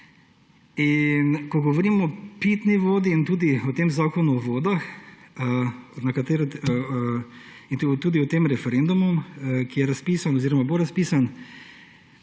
Ko govorim o pitni vodi in tudi o tem Zakonu o vodah in tudi o tem referendumu, ki je razpisan oziroma bo razpisan,